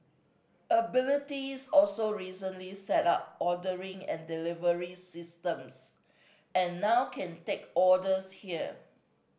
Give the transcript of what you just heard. abilities also recently set up ordering and delivery systems and now can take orders here